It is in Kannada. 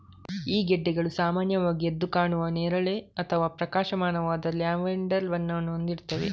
ಈ ಗೆಡ್ಡೆಗಳು ಸಾಮಾನ್ಯವಾಗಿ ಎದ್ದು ಕಾಣುವ ನೇರಳೆ ಅಥವಾ ಪ್ರಕಾಶಮಾನವಾದ ಲ್ಯಾವೆಂಡರ್ ಬಣ್ಣವನ್ನು ಹೊಂದಿರ್ತವೆ